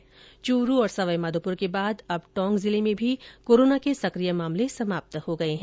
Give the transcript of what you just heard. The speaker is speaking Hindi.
वहीं चुरू और सवाई माधोपुर के बाद अब टोंक जिले में भी कोरोना के सक्रिय मामले समाप्त हो गए हैं